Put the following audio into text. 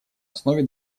основе